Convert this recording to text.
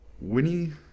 Winnie